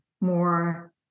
more